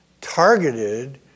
targeted